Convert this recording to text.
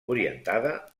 orientada